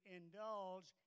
indulge